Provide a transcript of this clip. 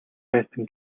байсан